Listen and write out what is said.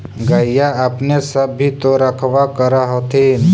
गईया अपने सब भी तो रखबा कर होत्थिन?